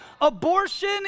Abortion